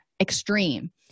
extreme